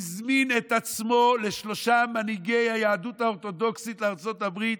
הזמין את עצמו לשלושה מנהיגי היהדות האורתודוקסית בארצות הברית,